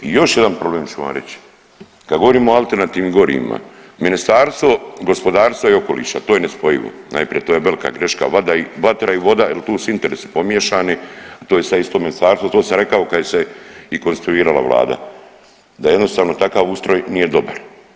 I još jedan problem ću vam reći, kada govorimo o alternativnim gorivima, Ministarstvo gospodarstva i okoliša to je nespojivo, najprije to je velika greška vatra i voda jel tu su interesi pomiješani, a to je sve isto ministarstvo, to sam rekao i kad je se i konstituirala vlada da jednostavno takav ustroj nije dobar.